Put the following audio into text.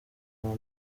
nko